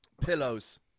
Pillows